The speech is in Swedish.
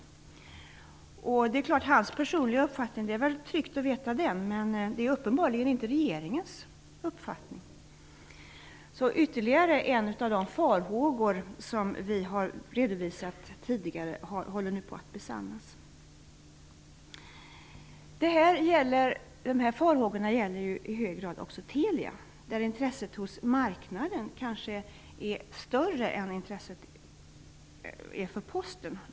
Det känns tryggt att veta hans personliga uppfattning, men det är uppenbarligen inte regeringens uppfattning. Ytterligare en av de farhågor som vi har redovisat tidigare håller nu på att besannas. Dessa farhågor gäller i hög grad också Telia, där intresset hos marknaden att ta över kanske är större än vad intresset är för Posten.